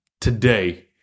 today